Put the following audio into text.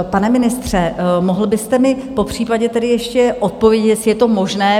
Pane ministře, mohl byste mi popřípadě tedy ještě odpovědět, jestli je to možné?